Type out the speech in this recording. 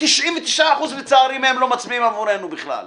99% מהם, לצערי, לא מצביעים עבורנו בכלל.